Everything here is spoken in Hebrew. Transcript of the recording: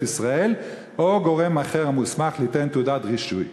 ישראל או גורם אחר המוסמך ליתן תעודת רישוי.